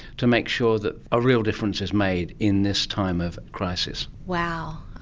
to make sure that a real difference is made in this time of crisis? wow,